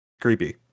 creepy